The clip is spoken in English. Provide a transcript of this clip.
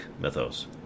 mythos